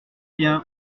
bien